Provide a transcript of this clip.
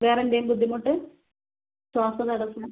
വേറെ എന്തെങ്കിലും ബുദ്ധിമുട്ട് ശ്വാസ തടസ്സം